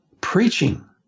Preaching